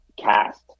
cast